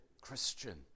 Christian